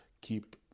keep